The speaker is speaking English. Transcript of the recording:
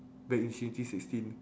back in twenty sixteen